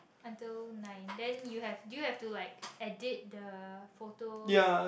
until nine then you have do you have to like edit the photos